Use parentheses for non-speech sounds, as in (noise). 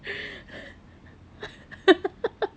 (laughs)